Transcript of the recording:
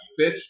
bitch